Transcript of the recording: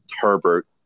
Herbert